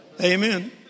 Amen